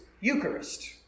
Eucharist